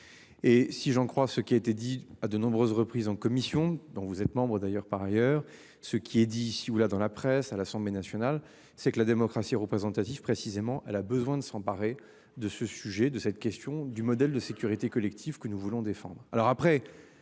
Et si j'en crois ce qui a été dit à de nombreuses reprises en commission dont vous êtes membre d'ailleurs par ailleurs ce qui est dit ici ou là dans la presse à l'Assemblée nationale, c'est que la démocratie représentative précisément elle a besoin de s'emparer de ce sujet de cette question du modèle de sécurité collective que nous voulons défendre.